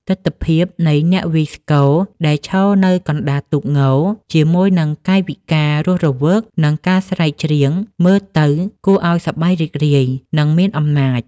ទិដ្ឋភាពនៃអ្នកវាយស្គរដែលឈរនៅកណ្តាលទូកង ជាមួយនឹងកាយវិការរស់រវើក និងការស្រែកច្រៀងមើលទៅគួរឲ្យសប្បាយរីករាយ និងមានអំណាច។